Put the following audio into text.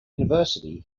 university